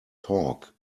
talk